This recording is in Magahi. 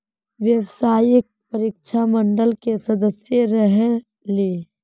व्यावसायिक परीक्षा मंडल के सदस्य रहे ली?